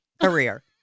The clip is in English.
career